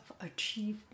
achievement